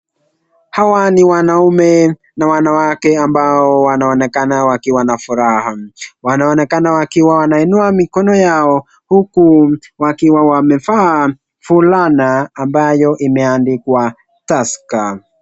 Hawa ni wanaume na wanawake ambao wanaonekana wakiwa na furaha, wanaonekana wakiwa wanainua mikono yao huku wakiwa wamevaa fulana ambayo imeandikwa Tusker.